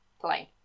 plane